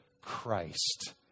Christ